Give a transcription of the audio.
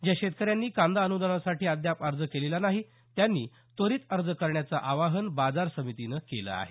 ज्या शेतकऱ्यांनी कांदा अनुदानासाठी अद्याप अर्ज केलेला नाही त्यांनी त्वरित अर्ज करण्याचं आवाहन बाजार समितीनं केलं आहे